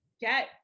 get